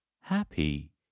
happy